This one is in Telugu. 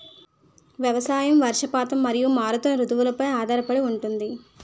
వ్యవసాయం వర్షపాతం మరియు మారుతున్న రుతువులపై ఆధారపడి ఉంటుంది